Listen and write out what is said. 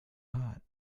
hot